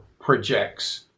projects